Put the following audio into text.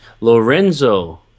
Lorenzo